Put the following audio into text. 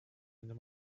under